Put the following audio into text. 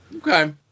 Okay